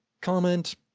comment